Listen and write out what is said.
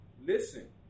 Listen